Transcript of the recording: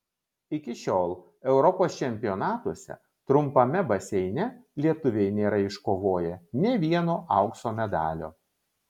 iki šiol europos čempionatuose trumpame baseine lietuviai nėra iškovoję nė vieno aukso medalio